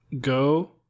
go